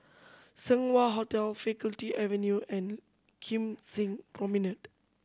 Seng Wah Hotel Faculty Avenue and Kim Seng Promenade